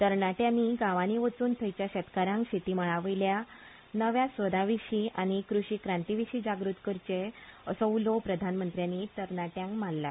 तरणाट्यांनी गांवांनी वचून थंयच्या शेतकारांक शेती मळा वयल्या नव्या सोदां विशीं आनी कूशी क्रांती विशीं जागृत करचे असो उलो प्रधानमंत्र्यांनी तरणाट्यांक मारला